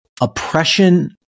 oppression